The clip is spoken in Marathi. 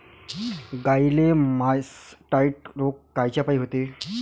गाईले मासटायटय रोग कायच्यापाई होते?